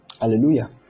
Hallelujah